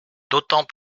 d’autant